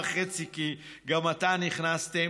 מילה וחצי, כי גם אתם נכנסתם.